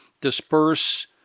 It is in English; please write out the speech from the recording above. disperse